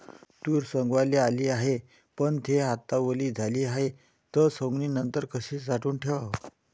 तूर सवंगाले आली हाये, पन थे आता वली झाली हाये, त सवंगनीनंतर कशी साठवून ठेवाव?